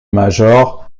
major